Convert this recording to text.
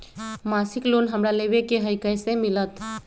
मासिक लोन हमरा लेवे के हई कैसे मिलत?